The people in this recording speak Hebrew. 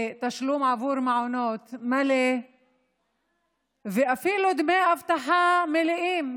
תשלום עבור מעונות מלא ואפילו דמי אבטחה מלאים,